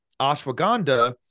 Ashwagandha